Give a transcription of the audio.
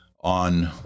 on